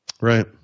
Right